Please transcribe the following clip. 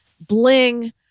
bling